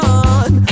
on